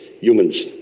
humans